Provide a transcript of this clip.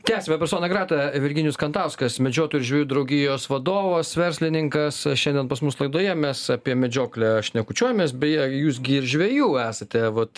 tęsiame persona greta virginijus kantauskas medžiotojų ir žvejų draugijos vadovas verslininkas šiandien pas mus laidoje mes apie medžioklę šnekučiuojamės beje jūs gi ir žvejų esate vat